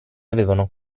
avevano